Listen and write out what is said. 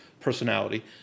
personality